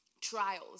trials